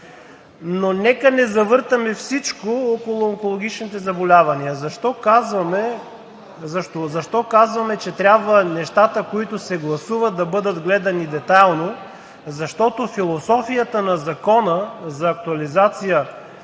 Нека да не завъртаме всичко около онкологичните заболявания. Защо казваме, че трябва нещата, които се гласуват, да бъдат гледани детайлно? Защото философията на Закона за актуализация